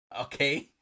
Okay